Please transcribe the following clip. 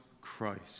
Christ